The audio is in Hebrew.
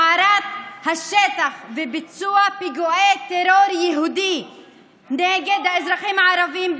הבערת השטח וביצוע פיגועי טרור יהודי נגד האזרחים הערבים,